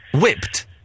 Whipped